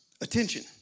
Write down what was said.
attention